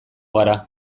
gara